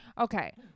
okay